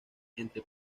entre